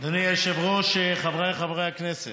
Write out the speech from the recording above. אדוני היושב-ראש, חבריי חברי הכנסת,